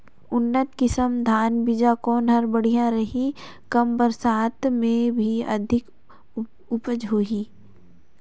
उन्नत किसम धान बीजा कौन हर बढ़िया रही? कम बरसात मे भी अधिक उपज होही का?